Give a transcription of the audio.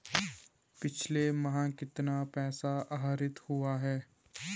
पिछले माह कितना पैसा आहरित हुआ है?